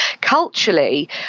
Culturally